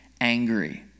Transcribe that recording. angry